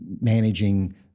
managing